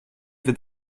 wird